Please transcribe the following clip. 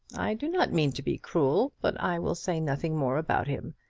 i do not mean to be cruel, but i will say nothing more about him.